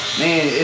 man